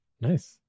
Nice